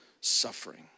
suffering